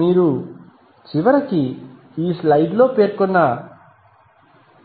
మీరు చివరికి ఈ స్లయిడ్లో పేర్కొన్న